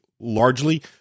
Largely